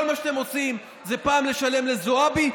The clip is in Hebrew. כל מה שאתם עושים זה פעם לשלם לזועבי,